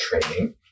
training